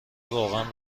روغن